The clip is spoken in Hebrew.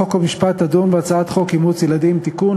חוק ומשפט תדון בהצעת חוק אימוץ ילדים (תיקון,